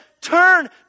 turn